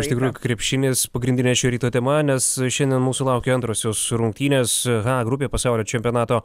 iš tikrųjų krepšinis pagrindinė šio ryto tema nes šiandien mūsų laukia antrosios rungtynės h grupė pasaulio čempionato